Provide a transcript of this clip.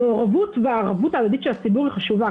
המעורבות והערבות ההדדית של הציבור היא חשובה,